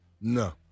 No